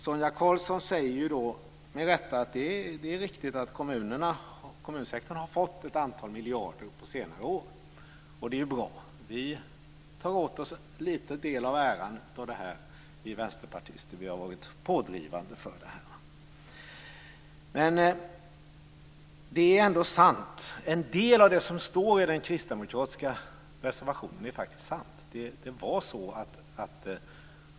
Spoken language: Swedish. Sonia Karlsson säger, med rätta, att kommunsektorn har fått ett antal miljarder på senare år. Det är ju bra. Vi vänsterpartister tar åt oss lite av äran för det. Vi har varit pådrivande för detta. En del av det som står i den kristdemokratiska reservationen är faktiskt sant.